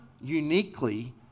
uniquely